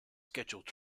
scheduled